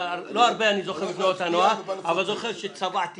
הרבה אני זוכר מתנועת הנוער אבל זוכר שצבעתי קירות.